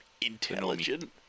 intelligent